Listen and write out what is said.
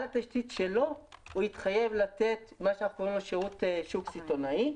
על התשתית שלו הוא יתחייב לתת שירות שוק סיטונאי.